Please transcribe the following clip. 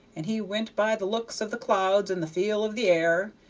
and he went by the looks of the clouds and the feel of the air,